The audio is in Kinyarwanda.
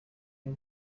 n’u